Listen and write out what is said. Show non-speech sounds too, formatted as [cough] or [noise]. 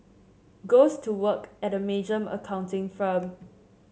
goes to work at a major [unintelligible] accounting firm